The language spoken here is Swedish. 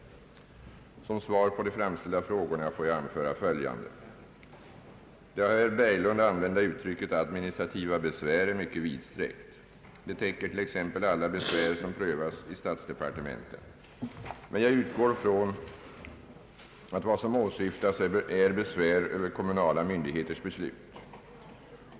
Som svar på de framställda frågorna får jag anföra följande. Det av herr Berglund använda uttrycket »administrativa besvär» är mycket vidsträckt. Det täcker t.ex. alla besvär som prövas i statsdepartementen. Jag utgår emellertid från att vad som åsyftas är besvär över kommunala myndigheters beslut.